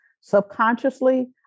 Subconsciously